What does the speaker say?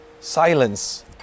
silence